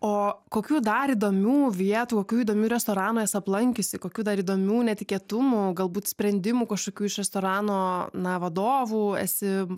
o kokių dar įdomių vietų kokių įdomių restoranų esi aplankiusi kokių dar įdomių netikėtumų galbūt sprendimų kažkokių iš restorano na vadovų esi